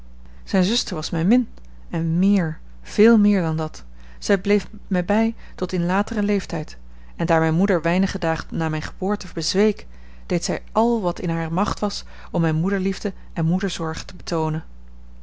zijne zuster was mijne min en meer veel meer dan dat zij bleef mij bij tot in lateren leeftijd en daar mijne moeder weinige dagen na mijne geboorte bezweek deed zij al wat in hare macht was om mij moederliefde en moederzorge te betoonen